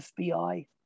FBI